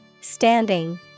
Standing